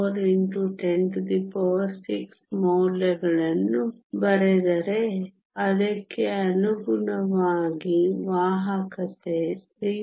4 x 106 ಮೌಲ್ಯಗಳನ್ನು ಬರೆದರೆ ಅದಕ್ಕೆ ಅನುಗುಣವಾಗಿ ವಾಹಕತೆ 3